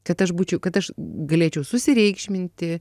kad aš būčiau kad aš galėčiau susireikšminti